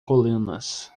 colunas